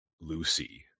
Lucy